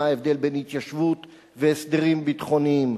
מה ההבדל בין התיישבות והסדרים ביטחוניים.